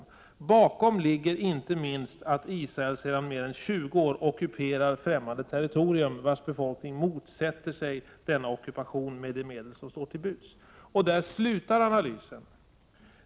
Bakom ligger inte minst att Israel sedan mer än 20 år ockuperar främmande territorium, vars befolkning motsätter sig denna ockupation med de medel som står dem till buds.” Där slutar analysen.